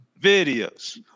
videos